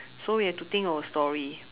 so we have to think of a story